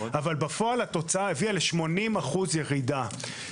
אבל בפועל התוצאה הביאה ל-80% ירידה,